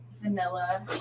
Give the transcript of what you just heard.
vanilla